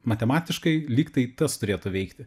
matematiškai lyg tai tas turėtų veikti